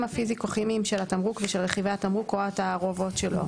הפיזיקו-כימיים של התמרוק ושל רכיבי התמרוק או התערובות שלו,